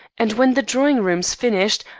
and when the drawing-room's finished,